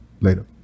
later